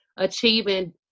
achieving